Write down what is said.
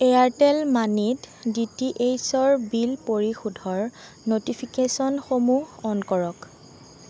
Airtel মানিত D T H ৰ bill পৰিশোধৰ ন'টিফিকেশ্যনসমূহ অ'ন কৰক